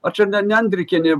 a čia ne ne andrikienė